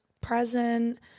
present